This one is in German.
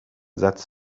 satz